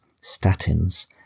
statins